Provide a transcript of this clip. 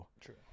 True